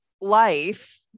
life